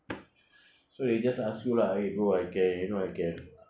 so they just ask you lah eh bro I can you know I can